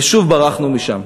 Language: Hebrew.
ושוב ברחנו משם."